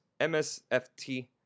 MSFT